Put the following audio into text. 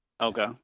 Okay